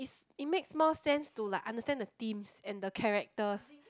it makes more sense to like understand the themes and the characters